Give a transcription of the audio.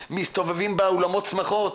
שבערבים מסתובבים באולמות שמחות